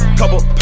couple